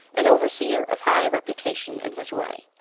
an overseer of high reputation in his way.